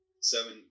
seven